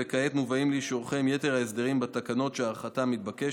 וכעת מובאים לאישורכם יתר ההסדרים בתקנות שהארכתם מתבקשת,